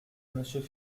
monsieur